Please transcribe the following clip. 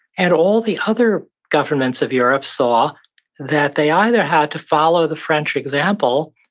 and all the other governments of europe saw that they either had to follow the french example,